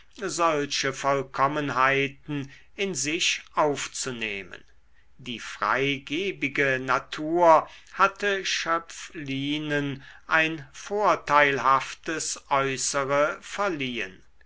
solche vollkommenheiten in sich aufzunehmen die freigebige natur hatte schöpflinen ein vorteilhaftes äußere verliehn